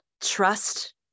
Trust